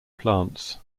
plants